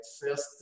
first